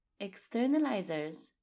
Externalizers